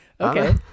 okay